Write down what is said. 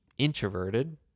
introverted